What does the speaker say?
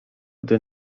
gdy